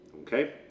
okay